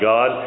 God